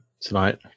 tonight